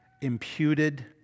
imputed